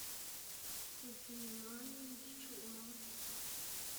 xc̲h̲oꞌbx̱iy man y xchuꞌ man.